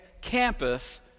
campus